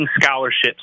scholarships